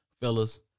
fellas